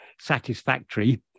satisfactory